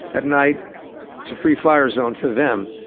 at night it's a free-fire zone for them.